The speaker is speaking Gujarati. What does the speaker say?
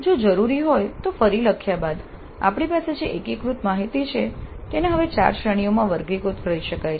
જો જરૂરી હોય તો ફરી લખ્યા બાદ આપણી પાસે જે એકીકૃત માહિતી છે તેને હવે ચાર શ્રેણીઓમાં વર્ગીકૃત કરી શકાય છે